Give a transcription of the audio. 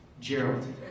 Gerald